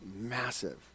massive